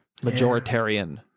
majoritarian